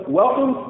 welcome